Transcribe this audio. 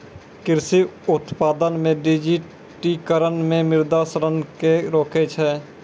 कृषि उत्पादन मे डिजिटिकरण मे मृदा क्षरण के रोकै छै